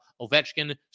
Ovechkin